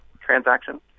transaction